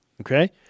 Okay